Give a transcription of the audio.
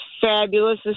fabulous